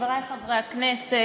חברי חברי הכנסת,